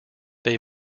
they